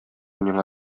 миңа